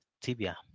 Tibia